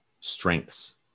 strengths